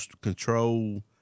control